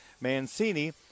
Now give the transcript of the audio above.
Mancini